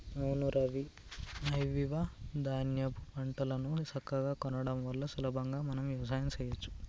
అవును రవి ఐవివ ధాన్యాపు పంటలను సక్కగా కొనడం వల్ల సులభంగా మనం వ్యవసాయం సెయ్యచ్చు